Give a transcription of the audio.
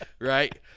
right